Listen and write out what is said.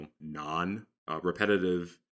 non-repetitive